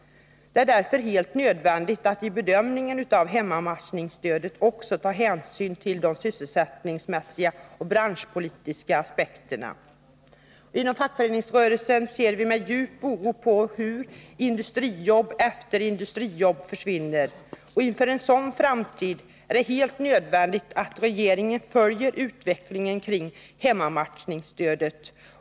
Det är därför helt nödvändigt att i bedömningen av hemmamatchningsstödet också ta hänsyn till de sysselsättningsmässiga och branschpolitiska aspekterna. Inom fackföreningsrörelsen ser vi med djup oro på hur industrijobb efter industrijobb försvinner. Inför en sådan framtid är det helt nödvändigt att regeringen följer utvecklingen kring hemmamatchningsstödet.